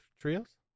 trios